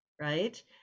right